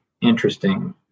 interesting